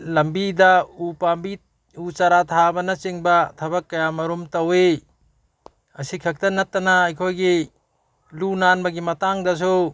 ꯂꯝꯕꯤꯗ ꯎ ꯄꯥꯝꯕꯤ ꯎ ꯆꯥꯔꯥ ꯊꯥꯕꯅꯆꯤꯡꯕ ꯊꯕꯛ ꯀꯌꯥꯃꯔꯣꯝ ꯇꯧꯋꯤ ꯑꯁꯤꯈꯛꯇ ꯅꯠꯇꯅ ꯑꯩꯈꯣꯏꯒꯤ ꯂꯨ ꯅꯥꯟꯕꯒꯤ ꯃꯇꯥꯡꯗꯁꯨ